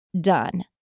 done